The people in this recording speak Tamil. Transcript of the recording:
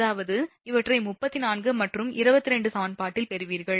அதாவது இவற்றை 34 மற்றும் 28 சமன்பாட்டில் பெறுவீர்கள்